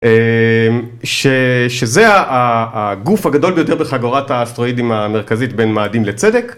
שזה הגוף הגדול ביותר בחגורת האסטרואידים המרכזית בין מאדים לצדק.